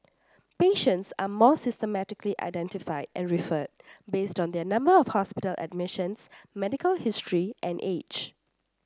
patients are more systematically identified and referred based on their number of hospital admissions medical history and age